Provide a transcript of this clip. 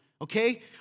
okay